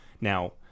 Now